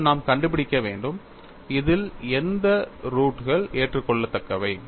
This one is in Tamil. இப்போது நாம் கண்டுபிடிக்க வேண்டும் இதில் எந்த ரூட் கள் ஏற்றுக்கொள்ளத்தக்கவை